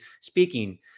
speaking